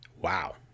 wow